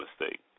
mistake